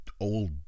old